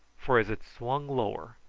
for as it swung lower,